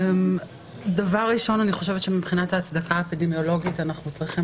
אני חושבת שמבחינתה הצדקה האפידמיולוגית אנחנו צריכים